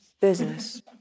business